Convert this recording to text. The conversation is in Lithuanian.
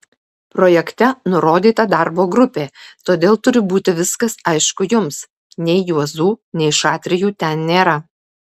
projekte nurodyta darbo grupė todėl turi būti viskas aišku jums nei juozų nei šatrijų ten nėra